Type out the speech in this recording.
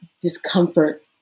discomfort